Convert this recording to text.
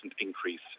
increase